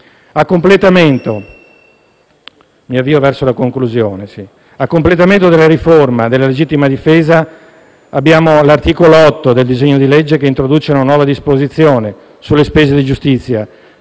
a completamento della riforma della legittima difesa, l'articolo 8 del disegno di legge introduce una nuova disposizione sulle spese di giustizia.